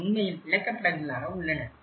அவை உண்மையில் விளக்கப்படங்களாக உள்ளன